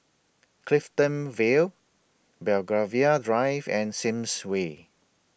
Clifton Vale Belgravia Drive and Sims Way